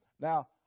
Now